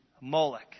Moloch